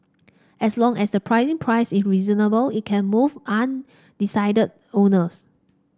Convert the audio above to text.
as long as the pricing price is reasonable it can move undecided owners